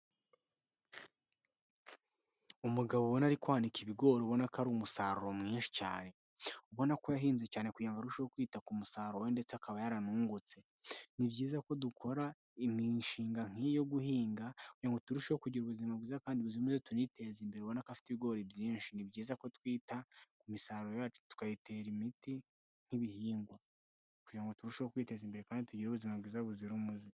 umugabobona ari kwanika ibigori ubona ko ari umusaruro mwinshi cyane. Ubona ko yahinze cyane kugira ngo arusheho kwita ku musaruro ndetse akaba yaramwungutse. Ni byiza ko dukora imishinga nk'iyo guhinga ngo turusheho kugira ubuzima bwiza kandi tuniteze imbere, ubona ko afite ibigori byinshi. Ni byiza ko twita ku misaruro yacu tukayitera imiti nk'ibihingwa kugira ngo turusheho kwiteza imbere kandi tugire ubuzima bwiza buzira umuze.